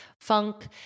funk